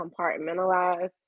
compartmentalize